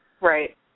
Right